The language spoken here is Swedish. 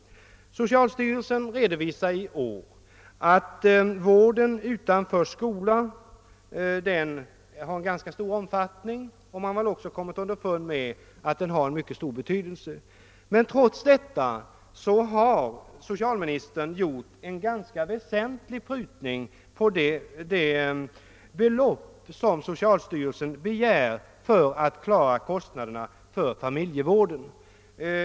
Socialstyrelsen redovisar i år att vården utanför skola har ganska stor omfattning och har också kommit underfund med att den vården har mycket stor betydelse. Trots detta har socialministern gjort en väsentlig prutning på det belopp som socialstyrelsen begär för att klara kostnaderna för familjevården.